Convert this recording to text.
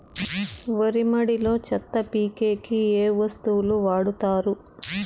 వరి మడిలో చెత్త పీకేకి ఏ వస్తువులు వాడుతారు?